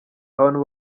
abantu